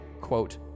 quote